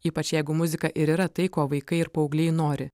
ypač jeigu muzika ir yra tai ko vaikai ir paaugliai nori